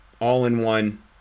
all-in-one